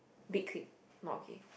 big clique not okay